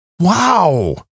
wow